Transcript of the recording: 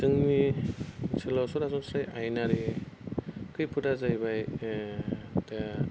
जोंनि ओनसोलाव सरासनस्रायै आयेनारि खैफोदा जाहैबाय दा